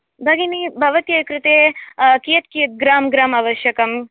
भगिनी भवत्याः कृते कियद् कियदं ग्राम् ग्राम् आवश्यकम्